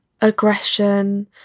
aggression